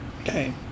Okay